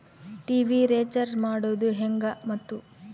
TV recharge ಮಾಡೋದು ಹೆಂಗ ಮತ್ತು?